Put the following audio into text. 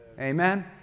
Amen